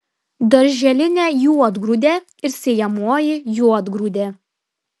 darželinė juodgrūdė ir sėjamoji juodgrūdė